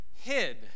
hid